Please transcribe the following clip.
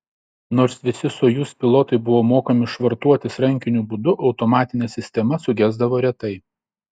nors visi sojuz pilotai buvo mokomi švartuotis rankiniu būdu automatinė sistema sugesdavo retai